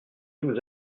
vous